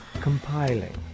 Compiling